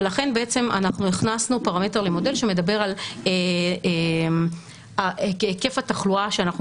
לכן בעצם אנחנו הכנסנו פרמטר למודל שמדבר על היקף התחלואה שאנחנו